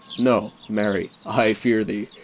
no, marry i fear thee!